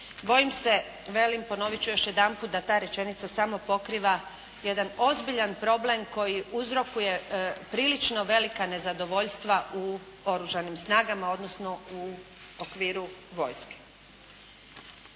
Bojim se, velim, ponovit ću još jedanput da ta rečenica samo pokriva jedan ozbiljan problem koji uzrokuje prilično velika nezadovoljstva u Oružanim snagama, odnosno u okviru vojske.